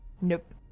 Nope